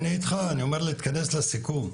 אני איתך, אבל צריך להתכנס לסיכום.